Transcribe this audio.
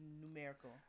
numerical